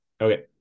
Okay